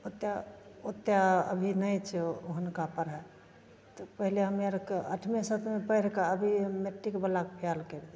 ओतेक ओतेक अभी नहि छै हुनका पढ़ाइ तऽ पहले हमे आर अठमे सतमे पढ़िके अभी मैट्रिकवलाके फेल करि दै छिए